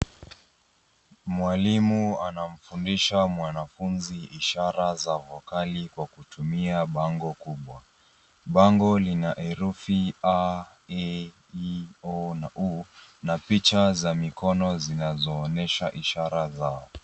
Mwalimu anamfundisha mwanafunzi ishara za vokali kwa kutumia bango kubwa. Bango lina herufi A, E, I, O na U na picha za mikono zinazoonyesha ishara zao.